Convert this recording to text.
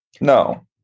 No